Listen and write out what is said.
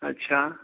अच्छा